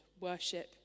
Worship